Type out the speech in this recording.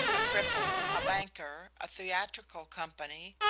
a cripple, a banker, a theatrical company,